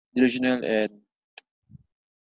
delusional and